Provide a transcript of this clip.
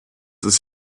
ist